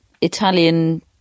Italian